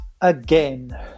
again